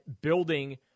building